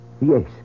Yes